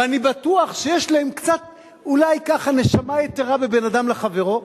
ואני בטוח שיש להם קצת אולי ככה נשמה יתירה בבין אדם לחברו,